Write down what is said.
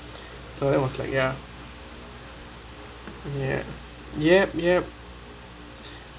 so it was like ya yep yep